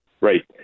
right